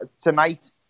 Tonight